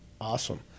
Awesome